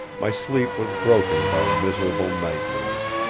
my sleep was broken by miserable nightmares.